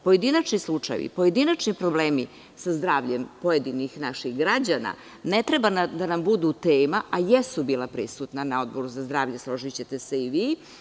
Pojedinačni slučajevi, pojedinačni problemi sa zdravljem pojedinih naših građana, ne treba da nam budu tema, a jesu bila prisutna na Odboru za zdravlje, složićete se i vi.